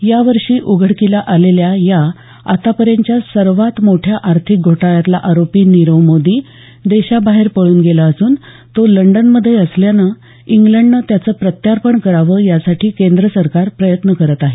या वर्षी उघडकीला आलेल्या या आतापर्यंतच्या सर्वात मोठ्या आर्थिक घोटाळ्यातला आरोपी नीरव मोदी देशाबाहेर पळून गेला असून तो लंडनमध्ये असल्यानं इंलंडनं त्याचं प्रत्यार्पण करावं यासाठी केंद्र सरकार प्रयत्न करत आहे